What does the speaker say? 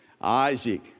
Isaac